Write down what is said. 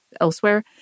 elsewhere